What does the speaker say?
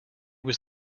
was